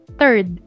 third